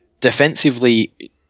Defensively